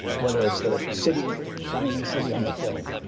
whether it's the city shining city on a hill,